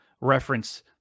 reference